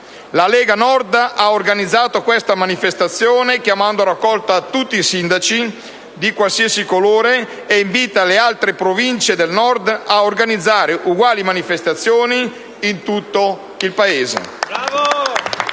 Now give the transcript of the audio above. La Lega Nord ha organizzato questa manifestazione chiamando a raccolta tutti i sindaci, di qualsiasi colore, e invita le altre Province del Nord ad organizzare uguali manifestazioni in tutto il Paese.